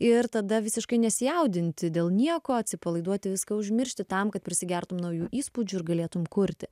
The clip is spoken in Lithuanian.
ir tada visiškai nesijaudinti dėl nieko atsipalaiduoti viską užmiršti tam kad prisigertum naujų įspūdžių ir galėtum kurti